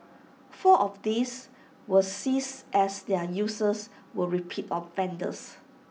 four of these were seized as their users were repeat offenders